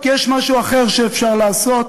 כי יש משהו אחר שאפשר לעשות.